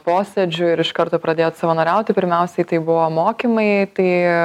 posėdžių ir iš karto pradėjot savanoriauti pirmiausiai tai buvo mokymai tai